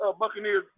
Buccaneers